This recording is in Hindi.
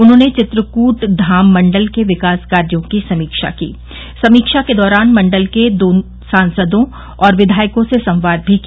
उन्होंने चित्रकूट धाम मंडल के विकास कार्यो की समीक्षा के दौरान मंडल के सांसदों और विधायको से संवाद भी किया